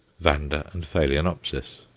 vanda and phaloenopsis.